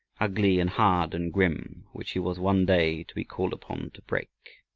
ugly and hard and grim, which he was one day to be called upon to break.